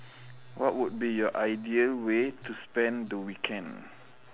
what would be your ideal way to spend the weekend